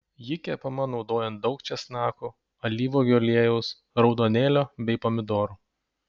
ji kepama naudojant daug česnakų alyvuogių aliejaus raudonėlio bei pomidorų